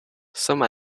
some